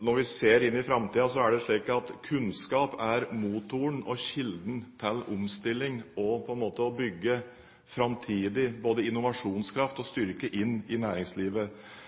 Når vi ser inn i framtiden, er det slik at kunnskap er motoren og kilden til omstilling og å bygge framtidig innovasjonskraft og styrke inn i næringslivet.